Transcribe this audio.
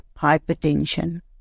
hypertension